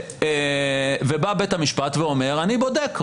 ובית המשפט אומר: אני בודק,